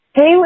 Hey